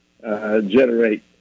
generate